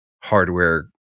hardware